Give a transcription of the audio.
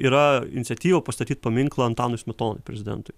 yra iniciatyva pastatyt paminklą antanui smetonai prezidentui